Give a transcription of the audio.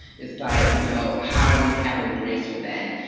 it's like. you know, how are you having grace for that?